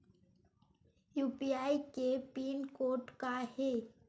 UPI के pin code का हे?